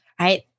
right